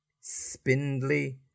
spindly